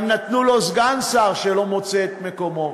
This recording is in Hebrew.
גם נתנו לו סגן שר שלא מוצא את מקומו.